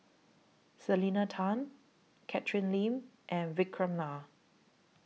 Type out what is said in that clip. Selena Tan Catherine Lim and Vikram Nair